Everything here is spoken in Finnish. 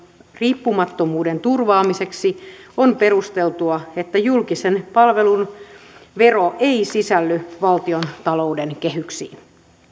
riippumattomuuden turvaamiseksi on perusteltua että julkisen palvelun vero ei sisälly valtiontalouden kehyksiin